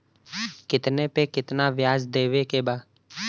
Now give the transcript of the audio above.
कितना पे कितना व्याज देवे के बा?